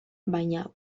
baina